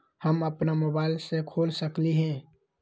हम अपना मोबाइल से खोल सकली ह?